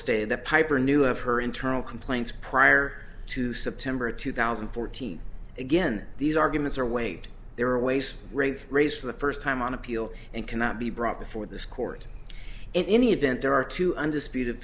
stated the piper knew of her internal complaints prior to september two thousand and fourteen again these arguments are waived there are always rape rays for the first time on appeal and cannot be brought before this court in any event there are two undisputed